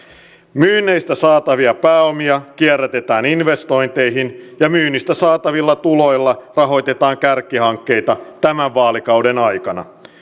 myynneistä saatavia pääomia kierrätetään investointeihin ja myynnistä saatavilla tuloilla rahoitetaan kärkihankkeita tämän vaalikauden aikana